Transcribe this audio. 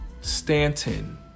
Stanton